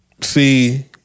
see